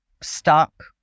stuck